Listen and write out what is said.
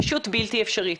פשוט בלתי אפשרית.